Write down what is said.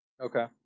Okay